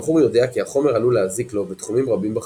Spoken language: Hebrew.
המכור יודע כי החומר עלול להזיק לו בתחומים רבים בחיים,